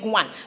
one